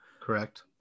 correct